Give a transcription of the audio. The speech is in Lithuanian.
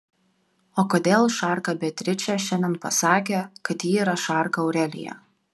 o kodėl šarka beatričė šiandien pasakė kad ji yra šarka aurelija